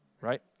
right